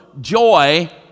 joy